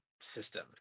system